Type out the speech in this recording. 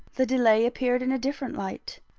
the delay appeared in a different light.